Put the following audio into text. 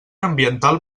ambiental